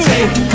Take